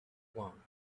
one